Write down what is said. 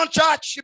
church